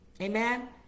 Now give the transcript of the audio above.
amen